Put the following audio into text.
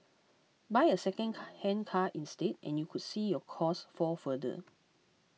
buy a second hand car instead and you could see your costs fall further